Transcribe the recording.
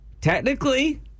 Technically